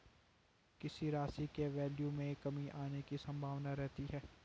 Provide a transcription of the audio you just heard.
किसी राशि के वैल्यू में कमी आने की संभावना रहती है